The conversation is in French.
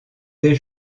des